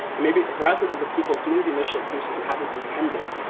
and maybe rather than the people doing the initial criticism had it intended.